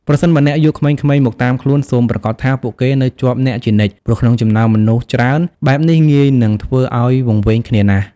ប្រសិនបើអ្នកយកក្មេងៗមកតាមខ្លួន សូមប្រាកដថាពួកគេនៅជាប់អ្នកជានិច្ច ព្រោះក្នុងចំណោមមនុស្សច្រើនបែបនេះងាយនឹងធ្វើឱ្យវង្វេងគ្នាណាស់។។